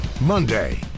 Monday